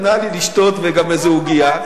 נתנה לי לשתות וגם איזה עוגייה,